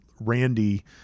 Randy –